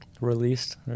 released